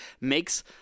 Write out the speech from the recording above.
makes